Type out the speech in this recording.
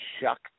shuck